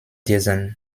diesen